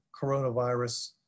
coronavirus